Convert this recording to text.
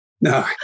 No